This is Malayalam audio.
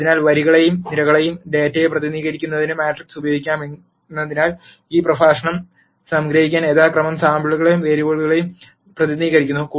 അതിനാൽ വരികളിലെയും നിരകളിലെയും ഡാറ്റയെ പ്രതിനിധീകരിക്കുന്നതിന് മാട്രിക്സ് ഉപയോഗിക്കാമെന്നതിനാൽ ഈ പ്രഭാഷണം സംഗ്രഹിക്കാൻ യഥാക്രമം സാമ്പിളുകളെയും വേരിയബിളുകളെയും പ്രതിനിധീകരിക്കുന്നു